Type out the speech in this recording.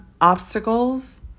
obstacles